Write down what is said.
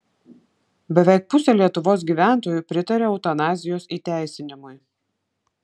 beveik pusė lietuvos gyventojų pritaria eutanazijos įteisinimui